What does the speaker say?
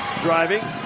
driving